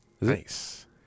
Nice